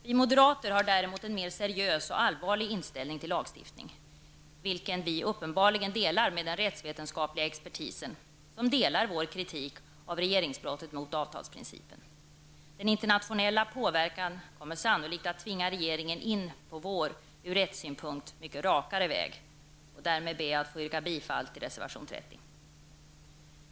Vi moderater har däremot en mer seriös och allvarlig inställning till lagstiftning, en inställning som vi uppenbarligen delar med den rättsvetenskapliga expertisen, som instämmer i vår kritik av regeringsbrottet mot avtalsprincipen. Den internationella påverkan kommer sannolikt att tvinga regeringen in på vår ur rättssynpunkt mycket rakare väg. Därmed ber jag att få yrka bifall till reservation 30.